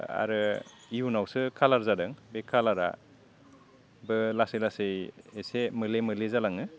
आरो इयुनावसो खालार जादों बे खालारा बो लासै लासै एसे मोले मोले जालाङो